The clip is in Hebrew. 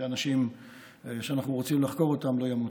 שאנשים שאנחנו רוצים לחקור אותם לא ימותו.